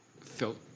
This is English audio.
felt